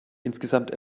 insgesamt